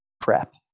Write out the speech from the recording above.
prep